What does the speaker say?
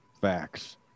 facts